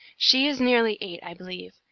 she is nearly eight, i believe.